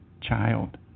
child